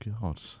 God